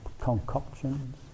Concoctions